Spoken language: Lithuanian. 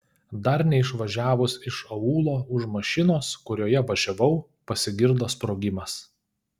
dar neišvažiavus iš aūlo už mašinos kurioje važiavau pasigirdo sprogimas